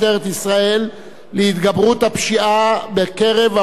להתגברות הפשיעה בקרב האוכלוסייה הערבית.